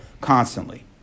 constantly